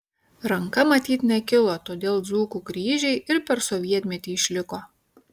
ranka matyt nekilo todėl dzūkų kryžiai ir per sovietmetį išliko